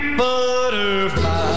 butterfly